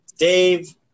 dave